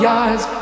eyes